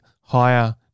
higher